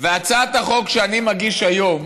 והצעת החוק שאני מגיש היום